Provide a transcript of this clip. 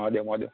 Mahadev Mahadev